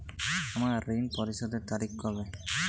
আমার ঋণ পরিশোধের তারিখ কবে?